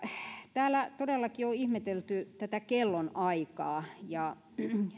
täällä todellakin on on ihmetelty tätä kellonaikaa